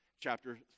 chapter